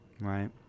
right